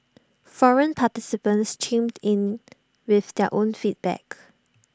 forum participants chimed in with their own feedback